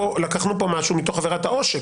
לקחנו כאן משהו מתוך עבירת העושק.